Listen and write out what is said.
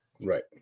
right